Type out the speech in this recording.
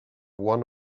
one